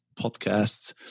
podcasts